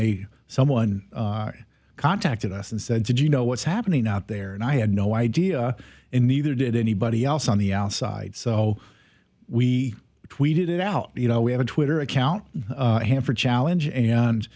they someone contacted us and said did you know what's happening out there and i had no idea and neither did anybody else on the outside so we tweeted it out you know we have a twitter account for challenge and